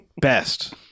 best